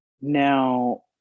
now